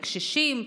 הקשישים,